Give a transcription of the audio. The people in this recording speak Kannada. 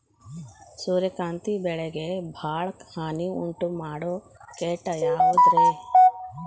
ಸೂರ್ಯಕಾಂತಿ ಬೆಳೆಗೆ ಭಾಳ ಹಾನಿ ಉಂಟು ಮಾಡೋ ಕೇಟ ಯಾವುದ್ರೇ?